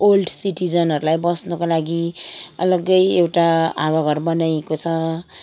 old सिटिजनहरूलाई बस्नको लागि अलग्गै एउटा हावाघर बनाइएको छ